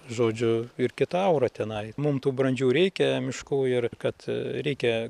žodžiu ir kita aura tenai mum tų brandžių reikia miškų ir kad reikia